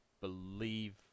believe